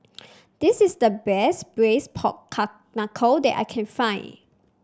this is the best braise Pork Knuckle that I can find